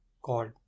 called